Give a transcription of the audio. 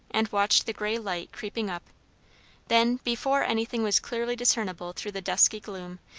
and watched the grey light creeping up then, before anything was clearly discernible through the dusky gloom,